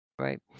Right